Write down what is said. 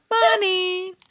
Money